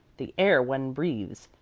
the air one breathes,